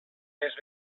fes